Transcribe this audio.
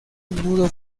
nudo